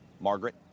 Margaret